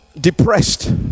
depressed